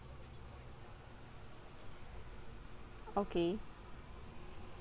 okay